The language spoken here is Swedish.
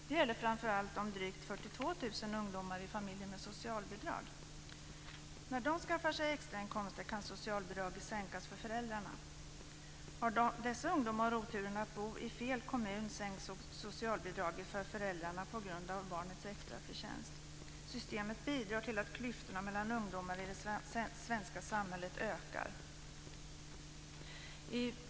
Det gäller framför allt de drygt 42 000 ungdomarna i familjer med socialbidrag. När de skaffar sig extrainkomster kan socialbidraget sänkas. Har dessa ungdomar oturen att bo i fel kommun sänks också socialbidraget för föräldrarna på grund av barnets extraförtjänst. Systemet bidrar till att klyftorna mellan ungdomarna i det svenska samhället ökar.